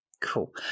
Cool